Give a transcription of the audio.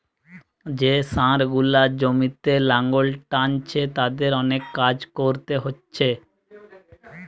যে ষাঁড় গুলা জমিতে লাঙ্গল টানছে তাদের অনেক কাজ কোরতে হচ্ছে